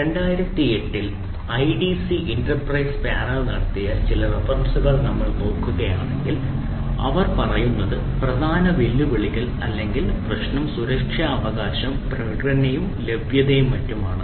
2008 ൽ IDC enterprise panel നടത്തിയ ചില റഫറൻസുകൾ നമ്മൾ നോക്കുകയാണെങ്കിൽ അവർ പറയുന്നത് പ്രധാന വെല്ലുവിളികൾ അല്ലെങ്കിൽ പ്രശ്നം സുരക്ഷാ അവകാശo പ്രകടനവും ലഭ്യതയും മറ്റും ആണ്